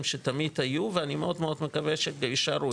שתמיד היו ואני מאוד מאוד מקווה שיישארו.